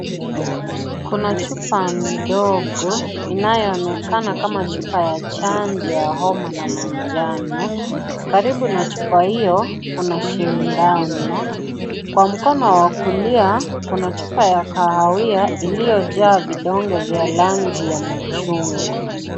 Kuna chupa ndogo, inayoonekana kama chupa ya chanjo ya homa ya manjano. Karibu na chupa hiyo kuna sindano, kwa mkono wa kulia, kuna chupa ya kahawia iliyojaa vidonge vya rangi ya machungwa.